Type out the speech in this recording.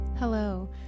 Hello